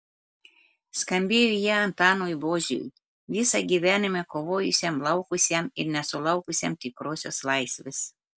skambėjo jie antanui boziui visą gyvenimą kovojusiam laukusiam ir nesulaukusiam tikrosios laisvės